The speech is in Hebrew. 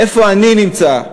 איפה אני נמצא,